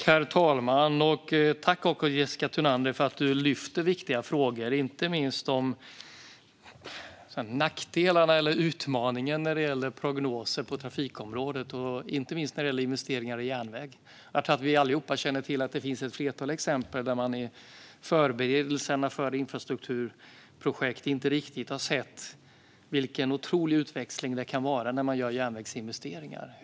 Herr talman! Tack, Jessica Thunander, för att du lyfter fram viktiga frågor! Det gäller inte minst de nackdelar som finns eller utmaningen med prognoser på trafikområdet och investeringar i järnväg. Vi alla känner nog till att det finns ett flertal exempel där man i förberedelserna av infrastrukturprojekt inte riktigt har sett vilken otrolig utväxling som kan ske när man gör järnvägsinvesteringar.